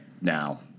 now